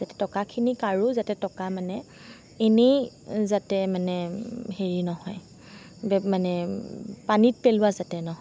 যাতে টকাখিনি কাৰো যাতে টকা মানে এনেই যাতে মানে হেৰি নহয় ব্য় মানে পানীত পেলোৱা যাতে নহয়